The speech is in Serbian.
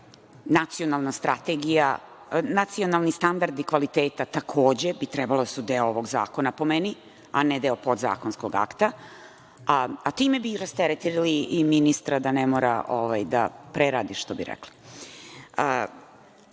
reproduktivne ćelije. Nacionalni standardi kvaliteta takođe bi trebalo da su deo ovog zakona, po meni, a ne deo podzakonskog akta, a time bi rasteretili i ministra da ne mora da preradi, što bi rekli. Još